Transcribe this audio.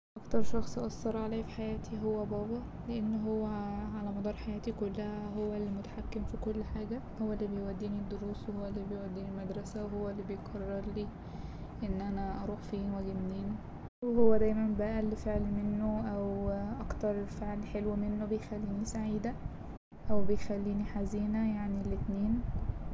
أكتر شخص أثر عليا في حياتي هو بابا لأن هو على مدار حياتي كلها هو المتحكم في كل حاجة هو اللي بيوديني دروس وهو اللي بيوديني المدرسة وهو اللي بيقررلي إن أنا أروح فين واجي منين وهو دايما بأقل فعل منه أو أكتر فعل حلو منه بيخليني سعيدة أو بيخليني حزينة يعني الإتنين.